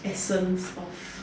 essence of